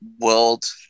World